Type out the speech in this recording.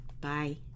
Bye